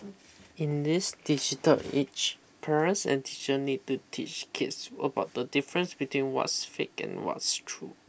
in this digital age parents and teacher need to teach kids about the difference between what's fake and what's true